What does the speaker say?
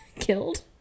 killed